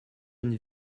une